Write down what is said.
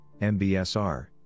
MBSR